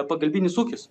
pagalbinis ūkis